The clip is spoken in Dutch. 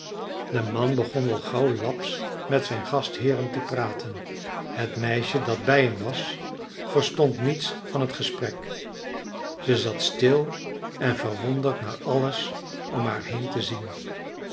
de man begon al gauw lapsch met zijn gastheeren te praten het meisje dat bij hem was verstond niets van het gesprek ze zat stil en verwonderd naar alles om haar heen te zien